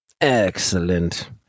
excellent